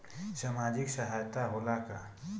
सामाजिक सहायता होला का?